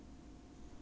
why